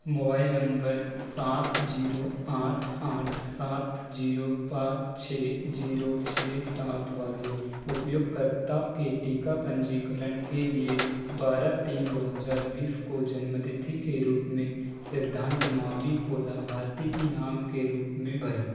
mobile number सात zero आठ आठ सात जीरो पाँच छ जीरो छ सात वाले उपयोगकर्ता के टीका पंजीकरण के लिए बारह तीन दो हजार बीस को जन्म तिथि के रूप में और सिद्धांत मावी को लाभार्थी के नाम के रूप में भरें